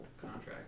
contract